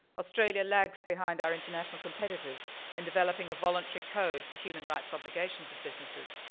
australia lags behind our international competitors in developing a voluntary code for human rights obligations of businesses.